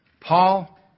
Paul